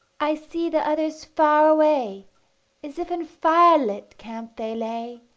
i see the others far away as if in firelit camp they lay,